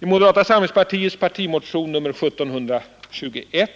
I moderata samlingspartiets partimotion nr 1721